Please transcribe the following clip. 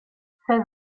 seize